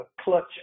clutch